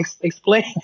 Explain